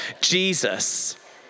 Jesus